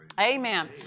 Amen